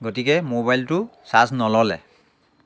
গতিকে মোবাইলটো চাৰ্জ নল'লে